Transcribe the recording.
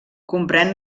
comprèn